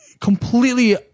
completely